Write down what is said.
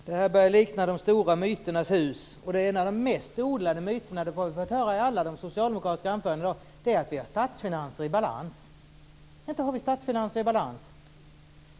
Fru talman! Det här börjar likna de stora myternas hus. En av de mest odlade myterna har vi fått höra i alla de socialdemokratiska anförandena i dag, att vi har statsfinanser i balans. Inte har vi statsfinanser i balans.